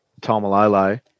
Tomalolo